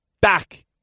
back